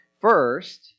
First